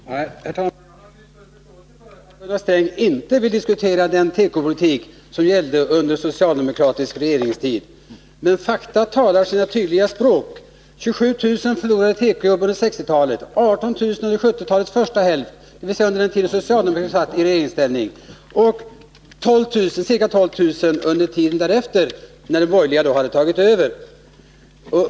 Herr talman! Jag har full förståelse för att Gunnar Sträng inte vill diskutera den tekopolitik som gällde under socialdemokratisk regeringstid. Fakta talar sitt tydliga språk: 27 000 förlorade tekojobb på 1960-talet, 18 000 under 1970-talets första hälft, dvs. under den tid socialdemokraterna satt i regeringsställning, och ca 12 000 under tiden därefter, när de borgerliga hade tagit över.